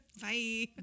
Bye